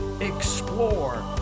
Explore